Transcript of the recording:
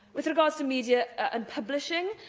with regard to media and publishing,